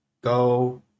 go